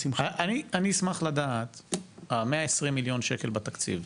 אני אשמח לדעת לאן הולכים 120 מיליון השקלים שבתקציב.